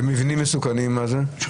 ומבנים מסוכנים, מה זה?